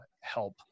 help